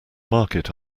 market